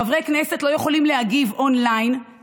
חברי כנסת לא יכולים להגיב און-ליין,